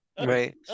Right